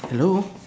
hello